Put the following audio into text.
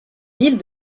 ville